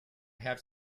have